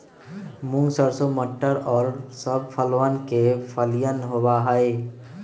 मूंग, सरसों, मटर और सब फसलवन के फलियन होबा हई